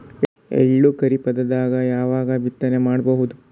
ಎಳ್ಳು ಖರೀಪದಾಗ ಯಾವಗ ಬಿತ್ತನೆ ಮಾಡಬಹುದು?